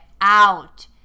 out